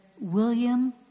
William